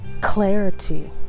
clarity